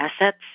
assets